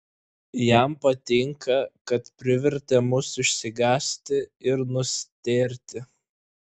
jam patinka kad privertė mus išsigąsti ir nustėrti